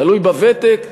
תלוי בוותק,